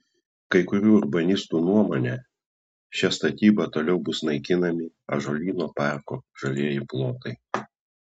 kai kurių urbanistų nuomone šia statyba toliau bus naikinami ąžuolyno parko žalieji plotai